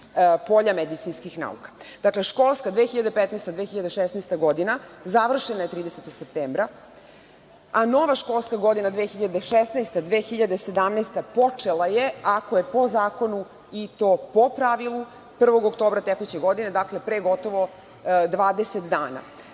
polja medicinskih nauka. Dakle, školska 2015/2016. godina završena je 30. septembra, a nova školska godina 2016/2017. počela je ako je po zakonu i to po pravilu 1. oktobra tekuće godine, dakle, pre gotovo 20 dana.U